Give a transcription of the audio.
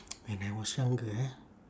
when I was younger